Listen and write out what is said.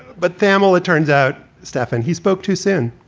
but thamel, it turns out, stefan, he spoke too soon.